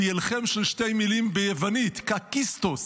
והיא הלחם של שתי מילים ביוונית: kakistos